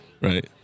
Right